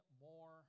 more